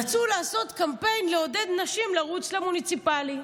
רצו לעשות קמפיין לעודד נשים לרוץ למוניציפלי,